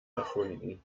erfunden